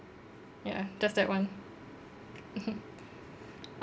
ya just that one